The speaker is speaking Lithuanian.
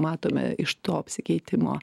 matome iš to apsikeitimo